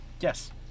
Yes